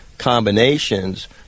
combinations